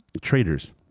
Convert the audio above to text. Traders